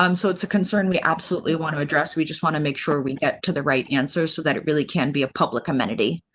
um so, it's a concern. we absolutely want to address. we just want to make sure we get to the right answer. so that it really can be a public community.